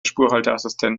spurhalteassistent